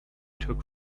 took